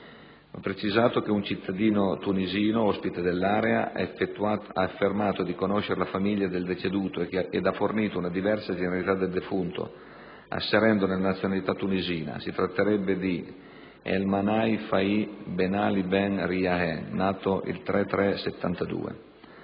Va precisato che un cittadino tunisino, ospite dell'area, ha affermato di conoscere la famiglia del deceduto ed ha fornito una diversa generalità del defunto, asserendone la nazionalità tunisina. Si tratterebbe di Elmanai Fathi Benali Ben Rihaen, nato il 3